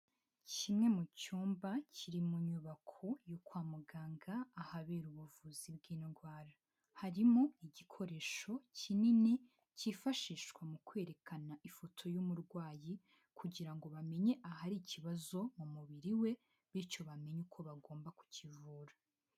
Kimwe mu cyumba kiri mu nyubako yo kwa muganga, ahabera ubuvuzi bw'indwara. Harimo igikoresho kinini, cyifashishwa mu kwerekana ifoto y'umurwayi kugira ngo bamenye ahari ikibazo mu mubiri we, bityo bamenye uko bagomba kukivura.